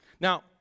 Now